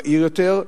מהיר יותר.